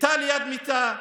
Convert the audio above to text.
מיטה ליד מיטה.